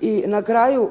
I na kraju,